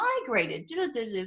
migrated